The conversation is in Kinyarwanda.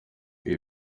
ibi